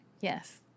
Yes